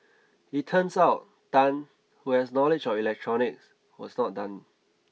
it turns out Tan who has knowledge of electronics was not done